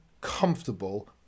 comfortable